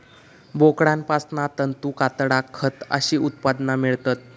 बोकडांपासना तंतू, कातडा, खत अशी उत्पादना मेळतत